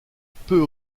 peut